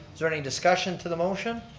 is there any discussion to the motion?